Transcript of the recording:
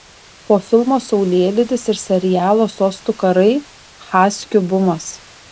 po filmo saulėlydis ir serialo sostų karai haskių bumas